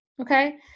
Okay